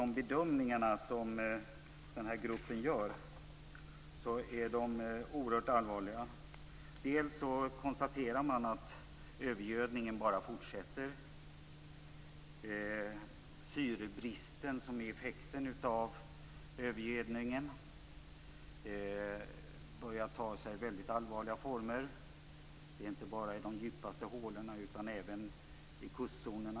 De bedömningar som den här gruppen gör är oerhört allvarliga. Bl.a. konstaterar man att övergödningen bara fortsätter. Syrebristen, som är effekten av övergödningen, börjar ta sig väldigt allvarliga former, inte bara i djupaste hålorna utan även i kustzonerna.